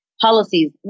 policies